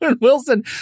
Wilson